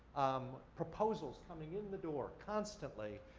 um proposals coming in the door, constantly,